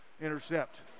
intercept